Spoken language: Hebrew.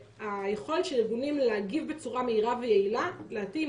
היכולת של ארגונים להגיב בצורה מהירה ויעילה לדעתי היא